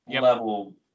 level